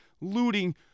looting